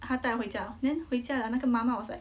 他带回家哦 then 回家了那个妈妈:hui jia liao na ge ma ma I was like